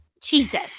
Jesus